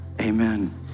amen